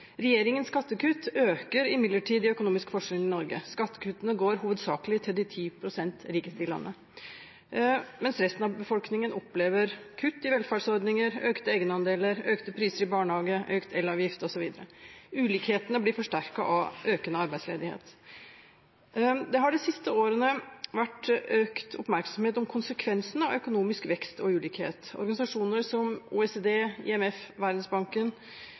Regjeringens skattekutt øker imidlertid de økonomiske forskjellene i Norge. Skattekuttene går hovedsakelig til de 10 pst. rikeste i landet, mens resten av befolkningen opplever kutt i velferdsordninger, økte egenandeler, økte barnehagepriser, økt elavgift osv. Ulikhetene blir forsterket av økende arbeidsledighet. Det har de siste årene vært økt oppmerksomhet om konsekvensene av økonomisk vekst og ulikhet. Organisasjoner som OECD, IMF og Verdensbanken